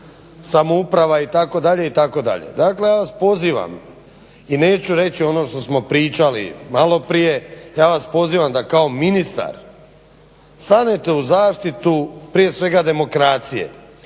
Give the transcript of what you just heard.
samouprava itd., itd. Dakle ja vas pozivam i neću reći ono što smo pričali malo prije, ja vas pozivam da kao ministar stanete u zaštitu prije svega demokracije